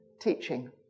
teaching